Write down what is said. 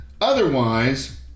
Otherwise